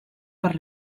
per